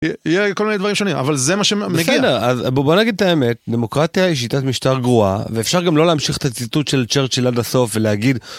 ‫כל מיני דברים שונים, אבל זה מה שמגיע. ‫-בסדר, בואו נגיד את האמת, ‫דמוקרטיה היא שיטת משטר גרועה, ‫ואפשר גם לא להמשיך את הציטוט של צ'רצ'ל ‫עד הסוף ולהגיד...